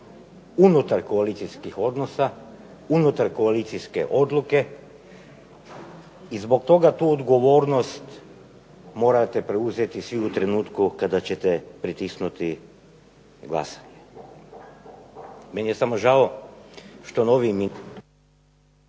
unutar koalicijskih odnosa, unutar koalicijske odluke i zbog toga tu odgovornost morate preuzeti svi u trenutku kada ćete pritisnuti glasanje. Meni je samo žao što novi koji